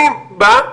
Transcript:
אני בא,